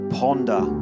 ponder